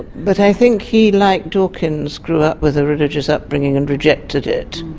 but i think he, like dawkins, grew up with a religious upbringing and rejected it.